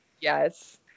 Yes